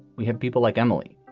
we have people like emily,